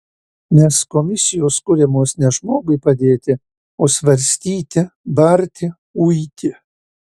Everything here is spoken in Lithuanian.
nes komisijos kuriamos ne žmogui padėti o svarstyti barti uiti